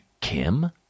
Kim